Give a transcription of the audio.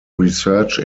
research